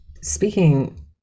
speaking